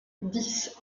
dix